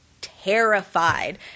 terrified